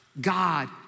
God